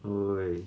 wei